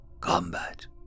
combat